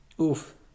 Oof